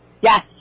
Yes